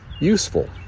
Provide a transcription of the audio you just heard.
useful